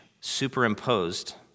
superimposed